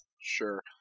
sure